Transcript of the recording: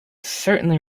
certainly